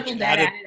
added